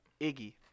Iggy